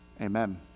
amen